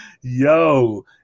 Yo